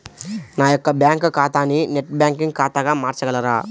నా యొక్క బ్యాంకు ఖాతాని నెట్ బ్యాంకింగ్ ఖాతాగా మార్చగలరా?